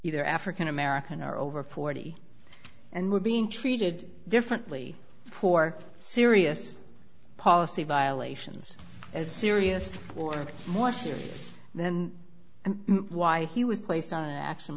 either african american are over forty and were being treated differently poor serious policy violations as serious or more serious then and why he was placed on an action